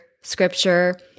scripture